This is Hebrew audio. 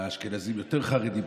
האשכנזים יותר חרדים,